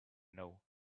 know